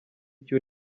icyo